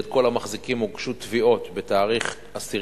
נגד כל המחזיקים הוגשו תביעות בתאריך 10